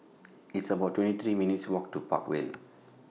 It's about twenty three minutes' Walk to Park Vale